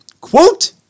Quote